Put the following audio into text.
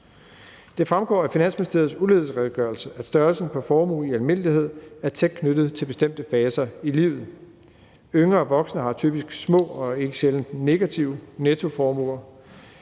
Det fremgår af Finansministeriets ulighedsredegørelse, at størrelsen på formue i almindelighed er tæt knyttet til bestemte faser i livet. Yngre voksne har typisk små og ikke sjældent negative nettoformuer.